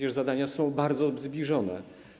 Ich zadania są bardzo zbliżone.